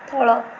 ତଳ